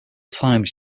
times